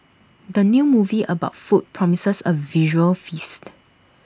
the new movie about food promises A visual feast